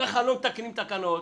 וכך לא מתקנים תקנות.